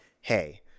hey